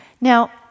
Now